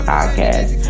Podcast